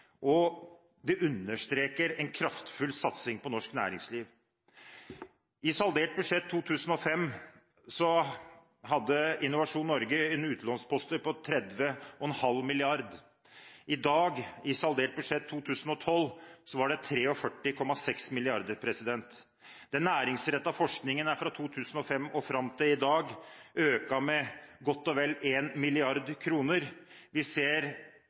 og det understreker en kraftfull satsing på norsk næringsliv. I saldert budsjett 2005 hadde Innovasjon Norge en utlånspost på 30,5 mrd. kr. I dag, i saldert budsjett 2012, var det 43,6 mrd. kr. Den næringsrettede forskningen er fra 2005 og fram til i dag økt med godt og vel 1 mrd. kr. Vi ser